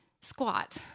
squat